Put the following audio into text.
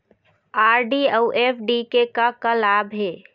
RD अऊ FD के का लाभ हे?